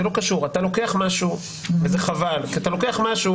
זה לא קשור וזה חבל כי אתה לוקח משהו